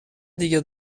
دیگه